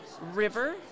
river